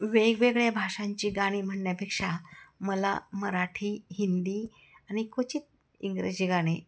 वेगवेगळ्या भाषांची गाणी म्हणण्यापेक्षा मला मराठी हिंदी आणि क्वचित इंग्रजी गाणे